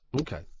Okay